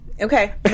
Okay